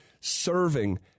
serving